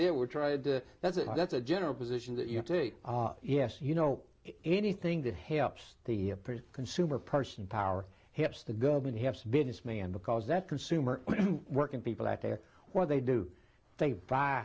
that we're tried to that's it that's a general position that you have to yes you know anything that helps the consumer person power hits the goban helps businessmen because that consumer working people out there what they do they